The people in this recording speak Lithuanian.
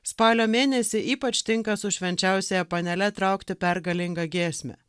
spalio mėnesį ypač tinka su švenčiausiąja panele traukti pergalingą giesmę